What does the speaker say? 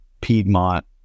Piedmont